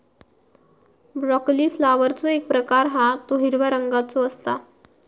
broccoli फ्लॉवरचो एक प्रकार हा तो हिरव्या रंगाचो असता